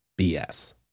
BS